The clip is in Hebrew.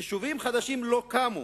יישובים חדשים לא קמו,